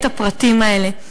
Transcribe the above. את הפרטים האלה.